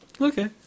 okay